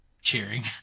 cheering